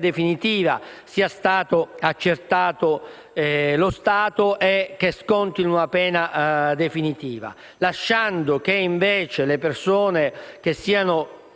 definitiva sia stato accertato lo stato e che scontino una pena definitiva, lasciando invece che le persone il cui stato